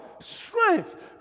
strength